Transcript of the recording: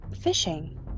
fishing